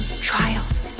trials